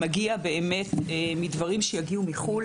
מגיע באמת מדברים שיגיעו מחו"ל,